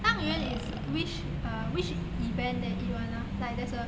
汤圆 is which err which event then eat one ah like there's a